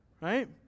Right